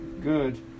Good